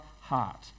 heart